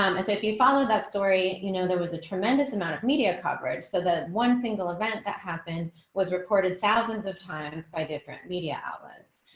um and so if you follow that story. you know, there was a tremendous amount of media coverage. so that one single event that happened was recorded thousands of times by different media outlets.